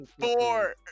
four